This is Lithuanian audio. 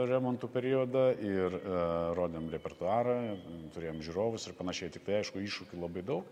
remontų periodą ir rodėm repertuarą turėjom žiūrovus ir panašiai tik tai aišku iššūkių labai daug